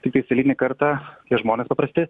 tiktais eilinį kartą tie žmonės paprasti